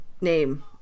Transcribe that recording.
name